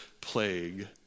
plague